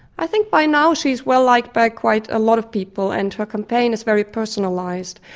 i think by now she is well liked by quite a lot of people, and her campaign is very personalised.